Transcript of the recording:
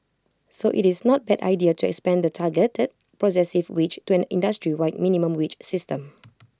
so IT is not bad idea trance Band the targeted progressive wage to an industry wide minimum wage system